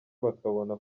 bakabona